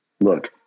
look